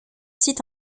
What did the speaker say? sites